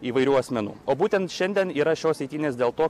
įvairių asmenų o būtent šiandien yra šios eitynės dėl to